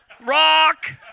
Rock